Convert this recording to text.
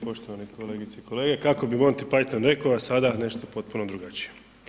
Poštovane kolegice i kolege, kako bi Monty Python rekao „a sada nešto potpuno drugačije“